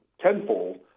tenfold